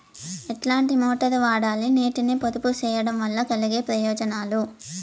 ఎట్లాంటి మోటారు వాడాలి, నీటిని పొదుపు సేయడం వల్ల కలిగే ప్రయోజనాలు?